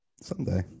someday